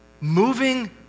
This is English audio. moving